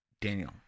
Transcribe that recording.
Daniel